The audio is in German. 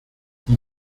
die